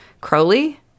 Crowley